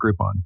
Groupon